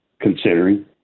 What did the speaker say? considering